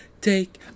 take